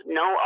no